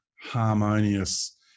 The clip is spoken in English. harmonious